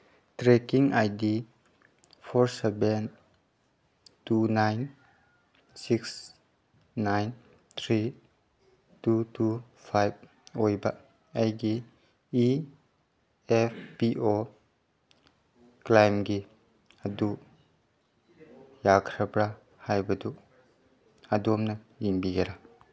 trekking I D for seven two nine six nine three two two five ꯑꯣꯏꯕ ꯑꯩꯒꯤ E F P O ꯀ꯭ꯂꯥꯏꯝꯒꯤ ꯑꯗꯨ ꯌꯥꯈ꯭ꯔꯕ ꯍꯥꯏꯕꯗꯨ ꯑꯗꯣꯝꯅ ꯌꯦꯡꯕꯤꯒꯦꯔꯥ